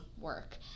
work